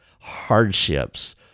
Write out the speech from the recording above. hardships